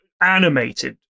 animated